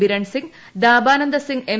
ബിരൺ സിംഗ് ദാബാനന്ദ സിംഗ് എം